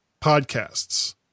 podcasts